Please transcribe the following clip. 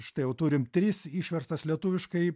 štai jau turim tris išverstas lietuviškai